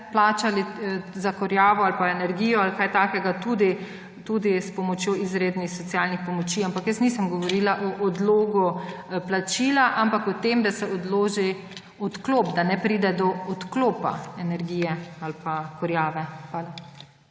položnice za kurjavo ali pa energijo ali kaj takega plačali tudi s pomočjo izrednih socialnih pomoči. Ampak jaz nisem govorila o odlogu plačila, ampak o tem, da se odloži odklop, da ne pride do odklopa energije ali pa kurjave. Hvala.